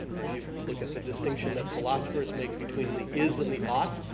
if you look at the distinction that philosophers make between the is and the ought,